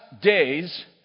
days